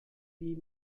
wie